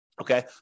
Okay